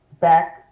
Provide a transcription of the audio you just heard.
back